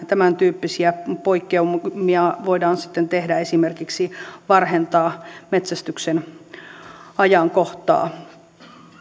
tämäntyyppisiä poikkeamia voidaan sitten tehdä esimerkiksi varhentaa metsästyksen ajankohtaa